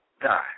die